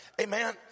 amen